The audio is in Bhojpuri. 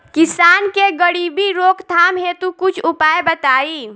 किसान के गरीबी रोकथाम हेतु कुछ उपाय बताई?